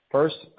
First